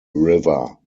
river